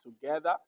together